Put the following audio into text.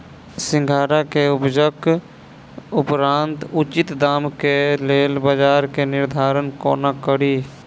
सिंघाड़ा केँ उपजक उपरांत उचित दाम केँ लेल बजार केँ निर्धारण कोना कड़ी?